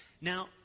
Now